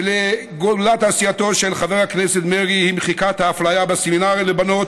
וגולת עשייתו של חבר הכנסת מרגי היא מחיקת האפליה בסמינרים לבנות,